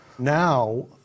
Now